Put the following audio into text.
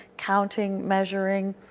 counting, measuring,